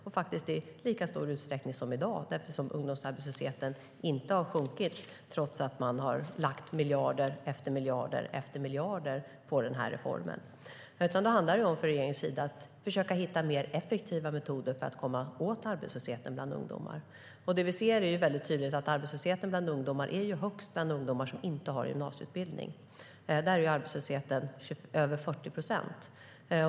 Det skedde i lika stor utsträckning som i dag, och ungdomsarbetslösheten har inte sjunkit trots att man har lagt miljard efter miljard på reformen. Det handlar om att från regeringens sida försöka hitta mer effektiva metoder för att komma åt arbetslösheten bland ungdomar. Vi ser tydligt att arbetslösheten bland ungdomar är högst bland dem som inte har gymnasieutbildning. Där är arbetslösheten över 40 procent.